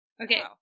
okay